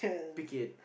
pick it